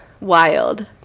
wild